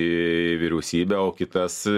į vyriausybę o kitas